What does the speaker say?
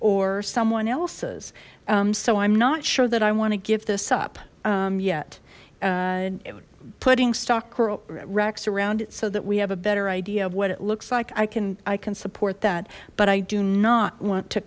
or someone else's so i'm not sure that i want to give this up yet and putting stock cracks around it so that we have a better idea of what it looks like i can i can support that but i do not want to